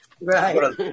Right